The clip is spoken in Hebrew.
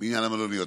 בעניין המלוניות.